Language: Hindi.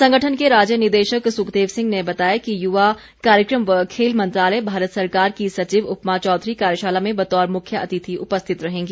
संगठन के राज्य निदेशक सुखदेव सिंह ने बताया कि युवा कार्यक्रम व खेल मंत्रालय भारत सरकार की सचिव उपमा चौधरी कार्यशाला में बतौर मुख्य अतिथि उपस्थित रहेंगी